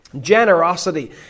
generosity